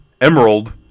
Emerald